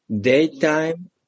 daytime